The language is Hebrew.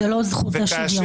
זו לא הזכות לשוויון,